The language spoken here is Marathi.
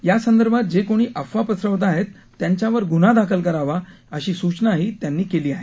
यासंदर्भात जे कोणी अफवा पसरवत आहेत त्यांच्यावर ग्न्हा दाखल करावा अशी सूचनाही त्यांनी केली आहे